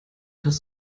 hast